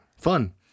Fun